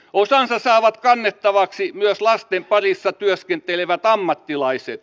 osansa saavat kannettavaksi myös lasten parissa työskentelevät ammattilaiset